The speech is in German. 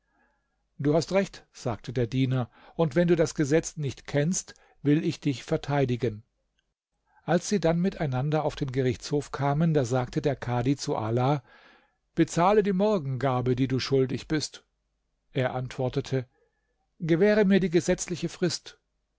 du hast recht sagte der diener und wenn du das gesetz nicht kennst will ich dich verteidigen als sie dann miteinander auf den gerichtshof kamen da sagte der kadhi zu ala bezahle die morgengabe die du schuldig bist er antwortete gewähre mir die gesetzliche frist